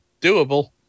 doable